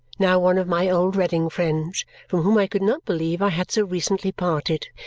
now one of my old reading friends from whom i could not believe i had so recently parted.